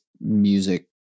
music